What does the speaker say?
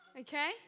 okay